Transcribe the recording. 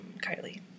Kylie